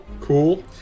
cool